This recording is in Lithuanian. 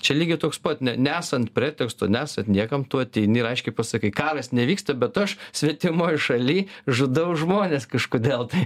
čia lygiai toks pat nesant preteksto nesat niekam tu ateini ir aiškiai pasakai karas nevyksta bet aš svetimoj šaly žudau žmones kažkodėl tai